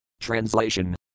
Translation